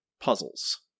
Puzzles